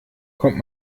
kommt